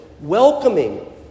welcoming